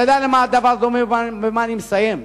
אתה יודע למה הדבר דומה, ובמה אני מסיים?